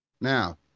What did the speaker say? Now